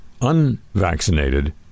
unvaccinated